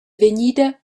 vegnida